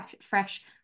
fresh